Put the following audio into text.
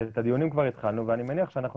את הדיונים כבר התחלנו ואני מניח שאנחנו